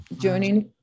joining